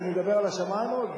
שאני אדבר על השמים עוד?